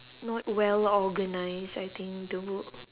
not well organise I think the world